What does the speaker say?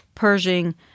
Pershing